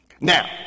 Now